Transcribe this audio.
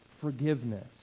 forgiveness